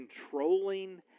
controlling